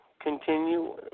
continue